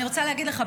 אני רוצה להגיד לך,